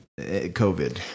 COVID